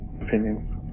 opinions